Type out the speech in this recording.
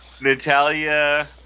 Natalia